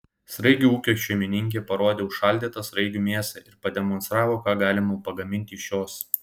sraigių ūkio šeimininkė parodė užšaldytą sraigių mėsą ir pademonstravo ką galima pagaminti iš jos